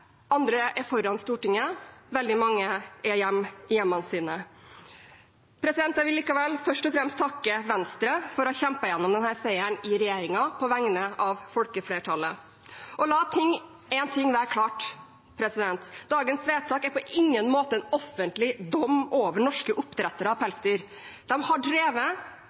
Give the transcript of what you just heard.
Andre er foran Stortinget. Veldig mange er i hjemmene sine. Jeg vil likevel først og fremst takke Venstre for å ha kjempet gjennom denne seieren i regjeringen på vegne av folkeflertallet. La én ting være klart: Dagens vedtak er på ingen måte en offentlig dom over norske oppdrettere av pelsdyr. De har drevet